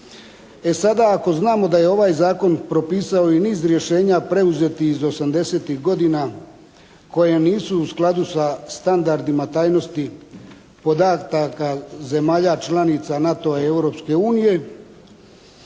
E sada ako znamo da je ovaj zakon propisao i niz rješenja preuzetih iz 80-tih godina koje nisu u skladu sa standardima tajnosti podataka zemalja članica NATO-a i